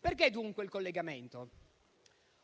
Perché dunque il collegamento?